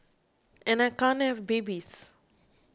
and I can't have babies